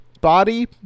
body